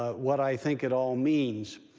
ah what i think it all means.